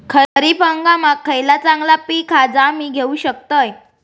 खरीप हंगामाक खयला चांगला पीक हा जा मी घेऊ शकतय?